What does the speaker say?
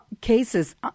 cases